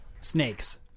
Snakes